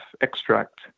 extract